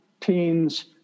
teens